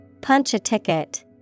Punch-a-ticket